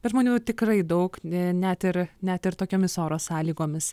bet žmonių tikrai daug net ir net ir tokiomis oro sąlygomis